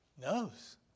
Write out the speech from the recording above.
knows